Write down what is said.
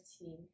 team